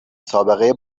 سابقه